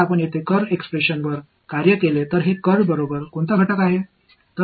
எனவே இது எங்களுக்கு ஒரு z கூறுகளைக் கொடுத்தது